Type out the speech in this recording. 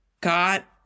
got